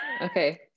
okay